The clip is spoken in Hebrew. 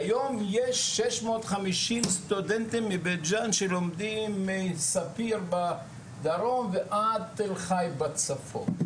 כיום יש 650 סטודנטים מבית ג'אן שלומדים מספיר בדרום ועד תל חי בצפון.